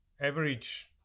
average